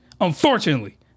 Unfortunately